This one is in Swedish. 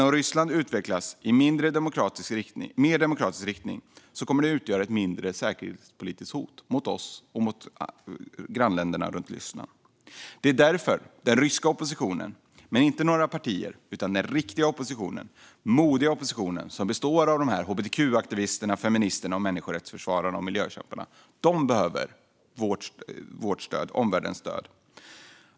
Om Ryssland utvecklas i en mer demokratisk riktning kommer landet dock att utgöra ett mindre säkerhetspolitiskt hot mot oss och grannländerna. Det är därför som den ryska oppositionen - inte några partier utan den riktiga, modiga oppositionen, som består av de här hbtq-aktivisterna, feministerna, människorättsförsvararna och miljökämparna - behöver omvärldens stöd.